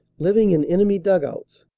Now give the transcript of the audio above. living in enemy dug-outs.